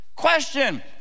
question